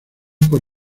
por